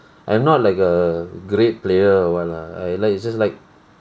I'm not like a great player or what lah I like just like